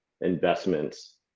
investments